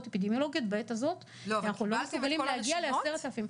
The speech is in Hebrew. אפידמיולוגיות בעת הזאת כי אנחנו לא מסוגלים להגיע ל-10,000.